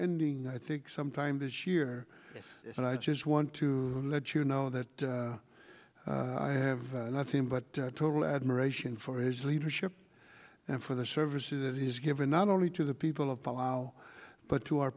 ending i think sometime this year and i just want to let you know that i have nothing but total admiration for his leadership and for the services that he has given not only to the people of palau but to our